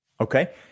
Okay